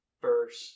first